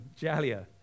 Jalia